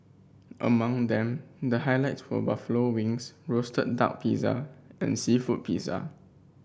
among them the highlights were buffalo wings roasted duck pizza and seafood pizza